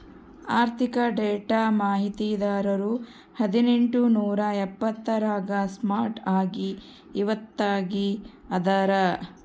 ಆರ್ಥಿಕ ಡೇಟಾ ಮಾಹಿತಿದಾರರು ಹದಿನೆಂಟು ನೂರಾ ಎಪ್ಪತ್ತರಾಗ ಸ್ಟಾರ್ಟ್ ಆಗಿ ಇವತ್ತಗೀ ಅದಾರ